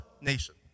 nation